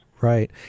Right